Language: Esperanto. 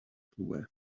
plue